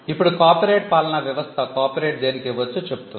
ఇప్పుడు కాపీరైట్ పాలనా వ్యవస్థ కాపీరైట్ దేనికి ఇవ్వచ్చో చెప్పుతుంది